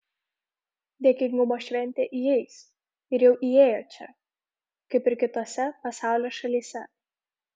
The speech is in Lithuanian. dėkingumo šventė įeis ir jau įėjo čia kaip ir kitose pasaulio šalyse